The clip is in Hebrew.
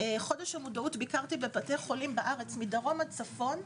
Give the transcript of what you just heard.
חודש המודעות ביקרתי בבתי חולים בארץ מדרום עד צפון.